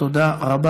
תודה רבה.